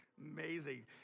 amazing